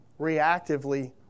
reactively